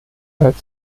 als